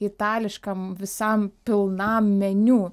itališkam visam pilnam meniu